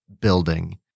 building